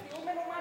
טיעון מנומק,